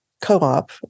co-op